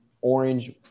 orange